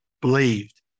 believed